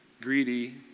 greedy